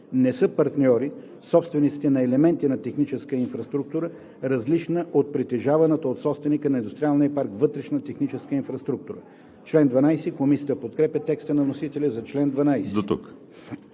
Не са партньори собствениците на елементи на техническа инфраструктура, различна от притежаваната от собственика на индустриалния парк вътрешна техническа инфраструктура.“ Комисията подкрепя текста на вносителя за чл. 12.